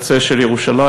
קצה של ירושלים,